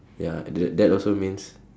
ya and that that also means